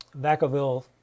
Vacaville